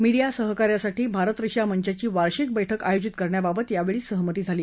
media सहकार्यासाठी Bharat Russia मंचाची वार्षीक बैठक आयोजित करण्याबाबत यावेळी सहमती झाली